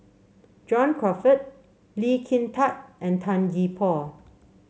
John Crawfurd Lee Kin Tat and Tan Gee Paw